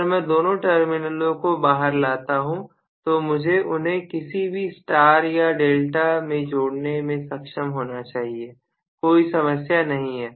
अगर मैं दोनों टर्मिनलों को बाहर लाता हूं तो मुझे उन्हें किसी भी स्टार या डेल्टा में जोड़ने में सक्षम होना चाहिए कोई समस्या नहीं है